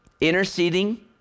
interceding